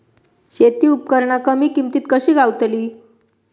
शेती उपकरणा कमी किमतीत कशी गावतली?